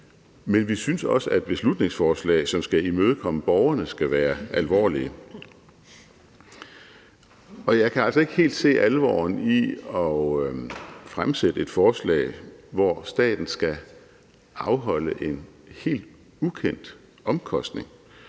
men vi synes også, at beslutningsforslag, som skal imødekomme borgerne, skal være alvorlige. Og jeg kan altså ikke helt se alvoren i at fremsætte et forslag, hvor staten skal afholde en helt ukendt omkostning,